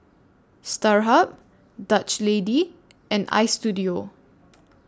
Starhub Dutch Lady and Istudio